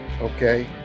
okay